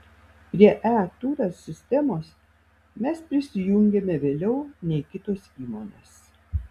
prie e turas sistemos mes prisijungėme vėliau nei kitos įmonės